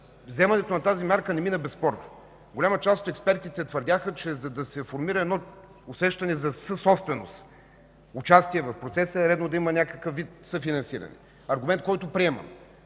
вземането на тази мярка не мина без спор. Голяма част от експертите твърдяха, че за да се формира едно усещане за съсобственост, участие в процеса, е редно да има някакъв вид съфинансиране – аргумент, който приемам.